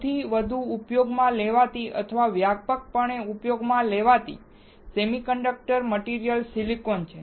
સૌથી વધુ ઉપયોગમાં લેવાતી અથવા વ્યાપકપણે ઉપયોગમાં લેવાતી સેમિકન્ડક્ટર મટીરીયલ સિલિકોન છે